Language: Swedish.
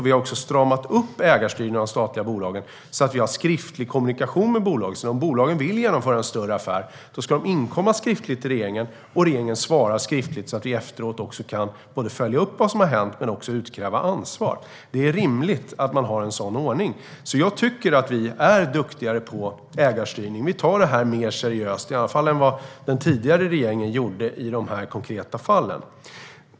Vi har också stramat upp ägarstyrningen av de statliga bolagen så att vi har skriftlig kommunikation med bolagen. Om bolagen vill genomföra en större affär ska de inkomma skriftligt till regeringen och regeringen svara skriftligt så att vi efteråt kan följa upp vad som har hänt men också utkräva ansvar. Det är rimligt att man har en sådan ordning, så jag tycker att vi är duktigare på ägarstyrning. Vi ser mer seriöst på det än den tidigare regeringen gjorde, i alla fall i de här konkreta fallen.